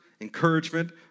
encouragement